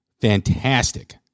Fantastic